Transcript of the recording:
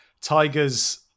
Tiger's